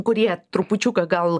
kurie trupučiuką gal